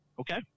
Okay